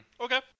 Okay